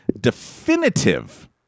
definitive